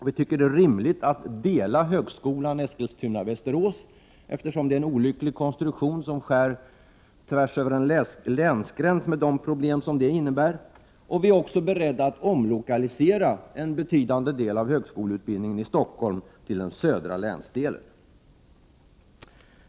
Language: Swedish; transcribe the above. Vi tycker det är rimligt att dela högskolan Eskilstuna/Västerås, eftersom den nuvarande konstruktionen är olycklig då den skär tvärs över en länsgräns med de problem som detta innebär. Vi är också beredda att omlokalisera en betydande del av högskoleutbildningen i Stockholm till den södra länsdelen.